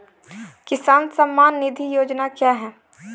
किसान सम्मान निधि योजना क्या है?